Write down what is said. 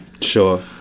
sure